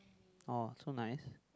orh so nice